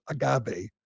agave